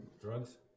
Drugs